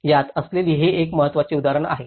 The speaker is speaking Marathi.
हयात असलेली ही एक महत्त्वाची उदाहरणे आहेत